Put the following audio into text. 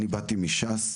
אני באתי מש"ס,